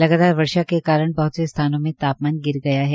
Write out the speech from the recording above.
लगातार वर्षा के कारण बहत से स्थानों में तापमान गिर गिया है